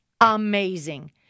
Amazing